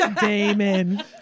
Damon